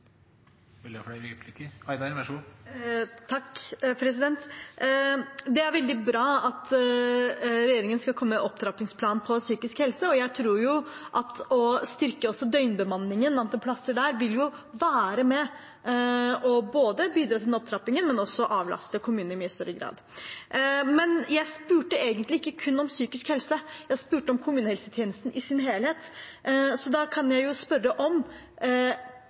Det er veldig bra at regjeringen skal komme med en opptrappingsplan for psykisk helse, og jeg tror jo at å styrke antallet plasser på døgnbemanningen også vil være med på både å bidra til den opptrappingen, men også til å avlaste kommunene i mye større grad. Men jeg spurte egentlig ikke kun om psykisk helse, jeg spurte om kommunehelsetjenesten i sin helhet. Så da kan jeg jo spørre om